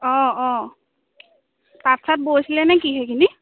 অঁ অঁ তাঁত চাত বৈছিলেনে কি সেইখিনি